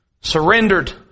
surrendered